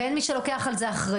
ואין מי שלוקח על זה אחריות.